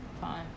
Fine